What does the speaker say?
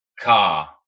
car